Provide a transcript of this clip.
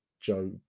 Joe